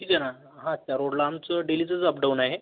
ठीक आहे ना हां त्या रोडला आमचं डेलीचंच अपडाऊन आहे